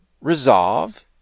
resolve